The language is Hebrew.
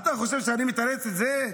בבקשה.